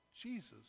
Jesus